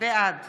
בעד